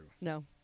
No